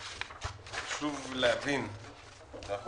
חשוב להבין שאנחנו